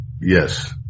Yes